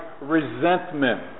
resentment